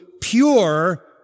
pure